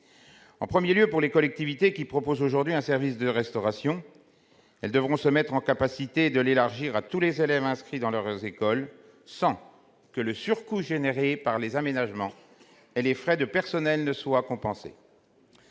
En premier lieu, les collectivités qui proposent aujourd'hui un service de restauration devront se mettre en capacité de l'élargir à tous les élèves inscrits dans leurs écoles, sans que le surcoût entraîné par les aménagements et les frais de personnel soit compensé.